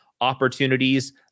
opportunities